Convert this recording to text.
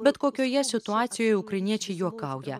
bet kokioje situacijoje ukrainiečiai juokauja